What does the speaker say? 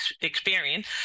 experience